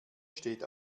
steht